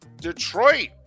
Detroit